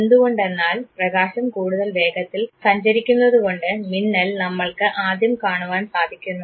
എന്തുകൊണ്ടെന്നാൽ പ്രകാശം കൂടുതൽ വേഗത്തിൽ സഞ്ചരിക്കുന്നതുകൊണ്ട് മിന്നൽ നമ്മൾക്ക് ആദ്യം കാണുവാൻ സാധിക്കുന്നു